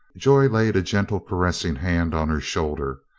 joy laid a gentle caressing hand on her shoulder,